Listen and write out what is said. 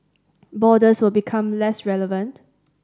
borders will become less relevant